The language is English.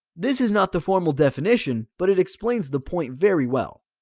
this is not the formal definition, but it explains the point very well.